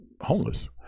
homeless